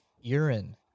urine